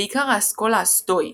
בעיקר האסכולה הסטואית.